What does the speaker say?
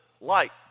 light